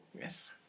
Yes